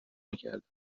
میکردم